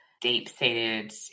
deep-seated